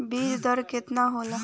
बीज दर केतना होला?